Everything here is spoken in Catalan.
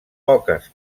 poques